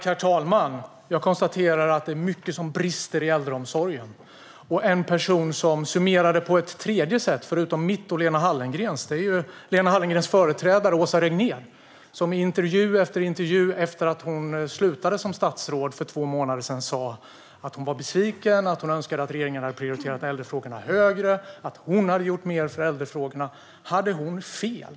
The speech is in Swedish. Herr talman! Jag konstaterar att det är mycket som brister i äldreomsorgen. En person som summerar det på ett tredje sätt, utöver mitt och Lena Hallengrens, är Lena Hallengrens företrädare Åsa Regnér. Hon har i intervju efter intervju efter att hon slutade som statsråd för två månader sedan sagt att hon är besviken, att hon önskar att regeringen hade prioriterat äldrefrågorna högre och att hon hade gjort mer för äldrefrågorna. Har hon fel?